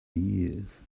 years